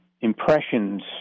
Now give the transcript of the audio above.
impressions